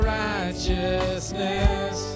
righteousness